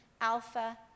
Alpha